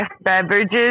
beverages